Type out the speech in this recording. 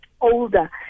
older